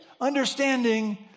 understanding